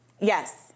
Yes